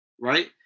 right